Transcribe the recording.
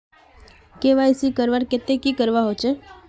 KYC करवार केते की करवा होचए?